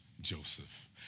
Joseph